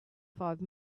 five